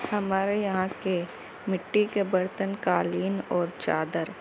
ہمارے یہاں کے مٹی کے برتن قالین اور چادر